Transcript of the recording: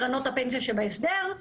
קרנות הפנסיה שבהסדר,